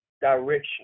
direction